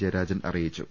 ജയരാജൻ അറിയിച്ചു